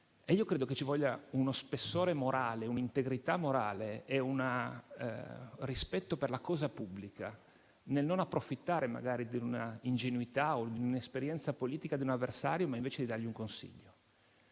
modo. Credo che ci vogliano uno spessore, un'integrità morale e rispetto per la cosa pubblica nel non approfittare magari di una ingenuità o dell'inesperienza politica di un avversario, per dargli invece un consiglio.